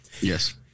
Yes